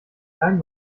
klein